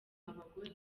abagore